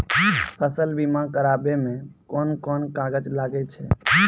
फसल बीमा कराबै मे कौन कोन कागज लागै छै?